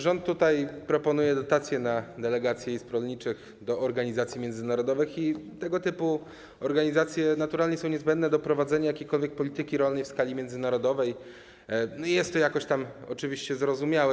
Rząd proponuje dotacje na delegacje izb rolniczych do organizacji międzynarodowych i tego typu organizacje naturalnie są niezbędne do prowadzenia jakiejkolwiek polityki rolnej w skali międzynarodowej, jest to oczywiście zrozumiałe.